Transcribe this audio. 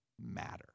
matter